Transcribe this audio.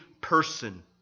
person